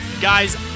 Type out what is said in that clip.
guys